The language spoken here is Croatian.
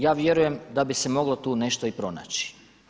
Ja vjerujem da bi se moglo tu nešto i pronaći.